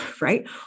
right